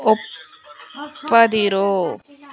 ಒಪ್ಪದಿರು